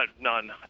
none